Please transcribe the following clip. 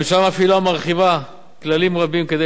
הממשלה מפעילה ומרחיבה כלים רבים כדי